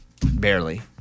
barely